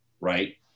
right